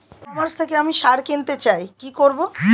ই commerce থেকে আমি সার কিনতে চাই কি করব?